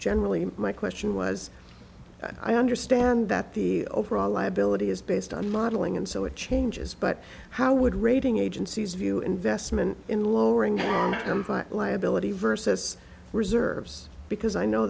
generally my question was i understand that the overall liability is based on modeling and so it changes but how would rating agencies view investment in lowering them fight liability versus reserves because i know